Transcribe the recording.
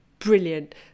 brilliant